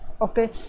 okay